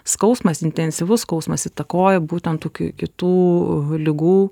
skausmas intensyvus skausmas įtakoja būtent tokių kitų ligų